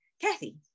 Kathy